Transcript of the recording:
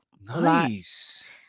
Nice